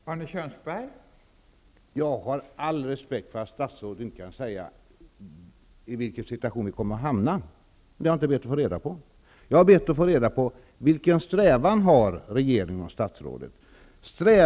Fru talman! Jag har all respekt för att statsrådet inte kan säga vilken situation som vi kommer att hamna i. Men det har jag inte heller bett att få reda på. Jag har bett att få reda på vilken strävan regeringen och statsrådet har.